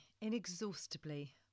inexhaustibly